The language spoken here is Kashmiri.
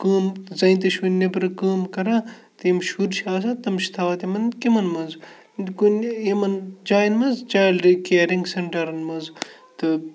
کٲم زٔنۍ تہِ چھِ ؤنۍ نیٚبرٕ کٲم کَران تہٕ یِم شُرۍ چھِ آسان تم چھِ تھاوان تِمَن کِمَن منٛز کُنہِ یِمَن جایَن منٛز چایلڈٕ کِیَرِنٛگ سٮ۪نٹَرَن منٛز تہٕ